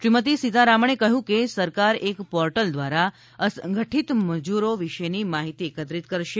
શ્રીમતી સીતારમણે કહ્યું કે સરકાર એક પોર્ટલ દ્વારા અસંગઠિત મજૂરો વિશેની માહિતી એકત્રિત કરશે